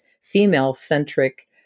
female-centric